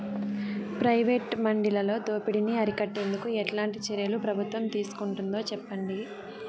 Private మండీలలో దోపిడీ ని అరికట్టేందుకు ఎట్లాంటి చర్యలు ప్రభుత్వం తీసుకుంటుందో చెప్పండి?